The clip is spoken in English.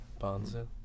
Bonzo